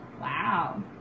Wow